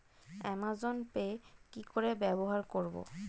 Amazon Pay কি করে ব্যবহার করব?